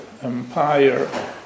Empire